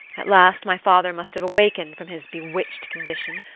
at last my father must have awakened from his bewitched condition,